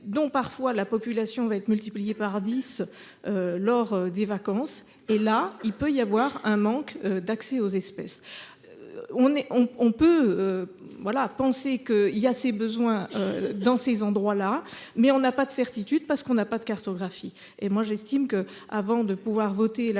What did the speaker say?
dont parfois la population va être multiplié par 10. Lors des vacances et là il peut y avoir un manque d'accès aux espèces. On est, on, on peut. Voilà à penser que il y a ces besoins dans ces endroits là, mais on n'a pas de certitude parce qu'on n'a pas de cartographie et moi j'estime que, avant de pouvoir voter la création